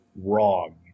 wrong